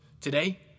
today